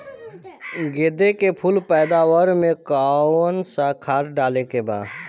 गेदे के फूल पैदवार मे काउन् सा खाद डाले के बा?